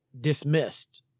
dismissed